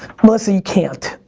melissa, you can't.